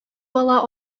бала